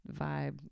vibe